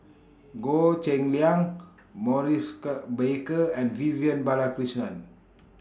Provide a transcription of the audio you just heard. Goh Cheng Liang Maurice Baker and Vivian Balakrishnan